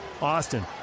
Austin